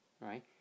Right